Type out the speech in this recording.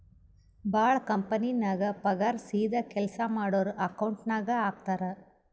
ಭಾಳ ಕಂಪನಿನಾಗ್ ಪಗಾರ್ ಸೀದಾ ಕೆಲ್ಸಾ ಮಾಡೋರ್ ಅಕೌಂಟ್ ನಾಗೆ ಹಾಕ್ತಾರ್